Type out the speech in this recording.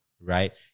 right